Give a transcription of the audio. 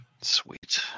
Sweet